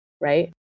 right